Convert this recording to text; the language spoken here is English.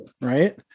Right